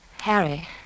Harry